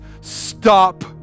stop